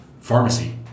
pharmacy